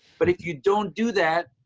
but if you don't do that,